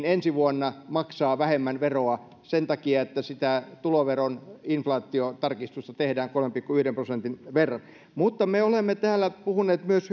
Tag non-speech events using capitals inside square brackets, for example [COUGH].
[UNINTELLIGIBLE] ensi vuonna tätä vuotta vähemmän veroa sen takia että sitä tuloveron inflaatiotarkistusta tehdään kolmen pilkku yhden prosentin verran mutta me olemme täällä puhuneet myös [UNINTELLIGIBLE]